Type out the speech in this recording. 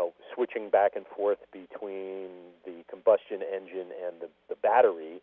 know switching back and forth between the combustion engine and the battery